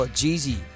Jeezy